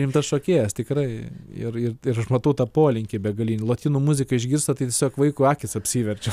rimtas šokėjas tikrai ir ir aš matau tą polinkį begalinį lotynų muziką išgirsta tai tiesiog vaiko akys apsiverčia